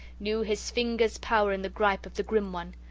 knew his fingers' power in the gripe of the grim one.